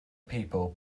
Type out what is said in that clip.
people